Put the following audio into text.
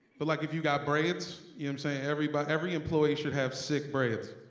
but like if you got braids, iim saying everybody every employee should have sick braids.